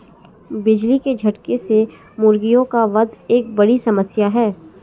बिजली के झटके से मुर्गियों का वध एक बड़ी समस्या है